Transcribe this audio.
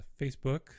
Facebook